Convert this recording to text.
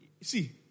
See